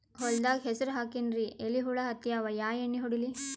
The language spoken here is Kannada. ಹೊಲದಾಗ ಹೆಸರ ಹಾಕಿನ್ರಿ, ಎಲಿ ಹುಳ ಹತ್ಯಾವ, ಯಾ ಎಣ್ಣೀ ಹೊಡಿಲಿ?